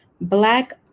black